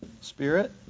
spirit